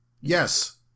Yes